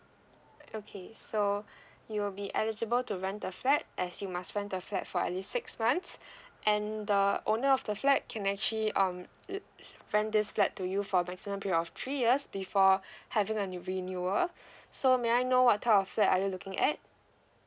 okay so you'll be eligible to rent the flat as you must rent the flat for at least six months and the owner of the flat can actually um rent this flat to you for maximum period of three years before having a renewal so may I know what type of flat are you looking at